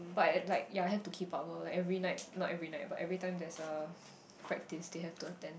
but like yea have to keep up lor like every night not every night but every time that's a practice they have to attend